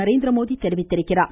நரேந்திரமோடி தெரிவித்துள்ளார்